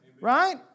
Right